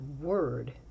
word